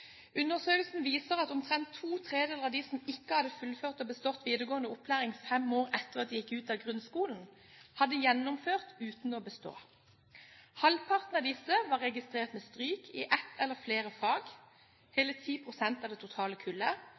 Undersøkelsen viser at omtrent ⅔ av dem som ikke hadde fullført og bestått videregående opplæring fem år etter at de gikk ut av grunnskolen, hadde gjennomført uten å bestå. Halvparten av disse var registrert med stryk i ett eller flere fag – hele 10 pst. av det totale kullet.